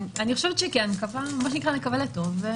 אני חושבת שכן, מה שנקרא נקווה לטוב.